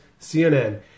CNN